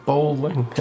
Bowling